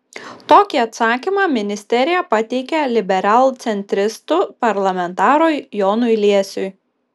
tokį atsakymą ministerija pateikė liberalcentristų parlamentarui jonui liesiui